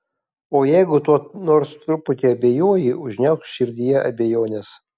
o jeigu tuo nors truputį abejoji užgniaužk širdyje abejones